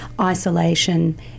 isolation